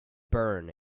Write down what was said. burn